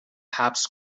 حبس